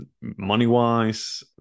money-wise